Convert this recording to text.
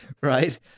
right